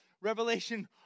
Revelation